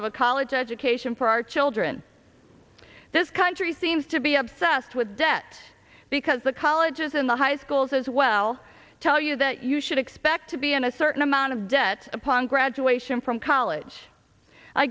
of a college education for our children this country seems to be obsessed with debt because the colleges in the high schools as well tell you that you should expect to be in a certain amount of debt upon graduation from college i